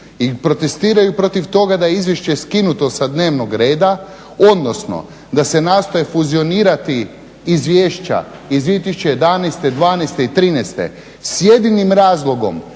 i protestiraju protiv toga da je izvješće skinuto sa dnevnog reda, odnosno da se nastoje fuzionirati izvješća iz 2011., dvanaeste i trinaeste s jedinim razlogom